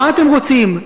מה אתם רוצים,